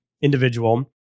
individual